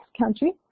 country